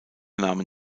nahmen